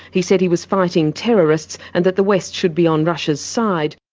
he said he was fighting terrorists and that the west should be on russia's side.